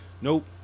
nope